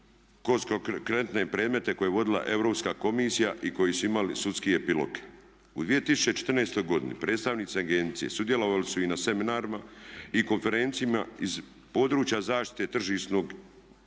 kroz konkretne predmete koje je vodila Europska komisija i koji su imali sudski epilog. U 2014.godini predstavnici agencije sudjelovali su i na seminarima i konferencijama iz područja zaštite tržišnog